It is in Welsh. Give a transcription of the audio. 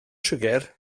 siwgr